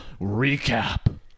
recap